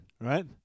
right